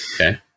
Okay